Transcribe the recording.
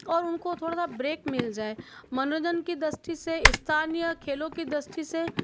और उनको थोड़ा सा ब्रेक मिल जाए मनोरंजन की दृस्टि से स्थानीय खेलों की दृस्टि से